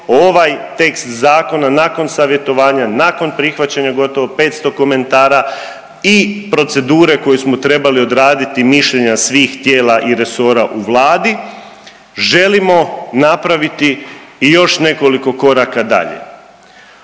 ovaj tekst zakona nakon savjetovanja, nakon prihvaćanja gotovo 500 komentara i procedure koju smo trebali odraditi i mišljenja svih tijela i resora u Vladi, želimo napraviti i još nekoliko koraka dalje.